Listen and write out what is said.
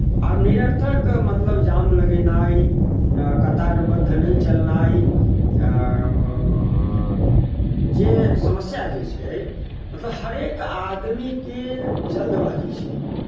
आओर निरर्थक मतलब जाम लगेनाइ कतारबद्ध नहि चलनाइ जे समस्या जे छै मतलब हरेक आदमीकेँ जल्दबाजी छै